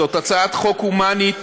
זאת הצעת חוק הומנית